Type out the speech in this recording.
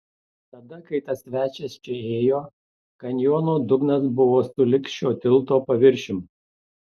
tada kai tas svečias čia ėjo kanjono dugnas buvo sulig šio tilto paviršium